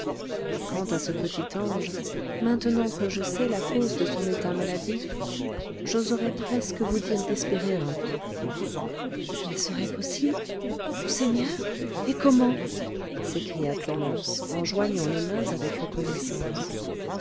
et quant à ce petit ange maintenant que je sais la cause de son état maladif j'oserai presque vous dire d'espérer un peu il serait possible monseigneur et comment s'écria clémence en joignant les mains avec reconnaissance